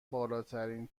بالاترین